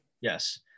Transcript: Yes